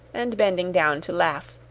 and bending down to laugh.